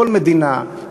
כל מדינה,